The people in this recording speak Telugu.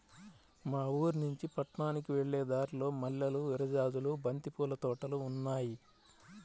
మా ఊరినుంచి పట్నానికి వెళ్ళే దారిలో మల్లెలు, విరజాజులు, బంతి పూల తోటలు ఉన్నాయ్